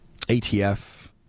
ATF